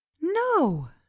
No